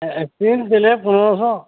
হ্যাঁ এক টিন তেলে পনেরোশো